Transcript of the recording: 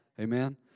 Amen